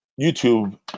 YouTube